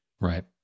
right